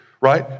right